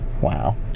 wow